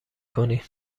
کنی